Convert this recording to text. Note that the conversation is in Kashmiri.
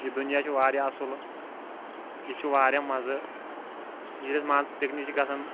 یہِ دُنیا چھُ واریاہ اصٕل ییٚتہِ چھُ واریاہ مَزٕ ییٚلہِ أسۍ مان ژٕ پِکنِک چھِ گژھان